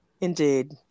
Indeed